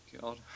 God